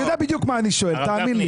אני יודע בדיוק מה אני שואל תאמין לי.